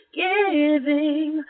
giving